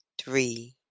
Three